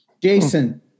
Jason